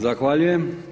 Zahvaljujem.